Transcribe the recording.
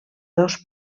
dos